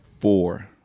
four